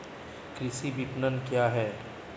कृषि विपणन क्या है?